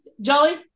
Jolly